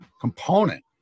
component